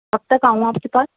کب تک آؤں آپ کے پاس